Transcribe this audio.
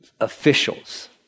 officials